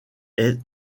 est